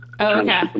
Okay